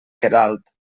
queralt